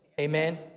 Amen